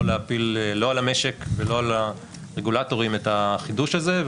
לא להפיל לא על המשק ולא על הרגולטורים את החידוש הזה,